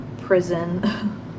prison